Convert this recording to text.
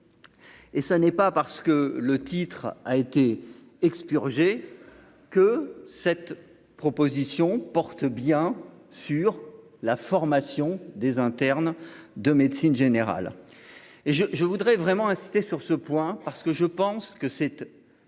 Et ça n'est pas parce que le titre a été expurgée que cette proposition porte bien sur la formation des internes de médecine générale et je je voudrais vraiment insister sur ce point parce que je pense que c'était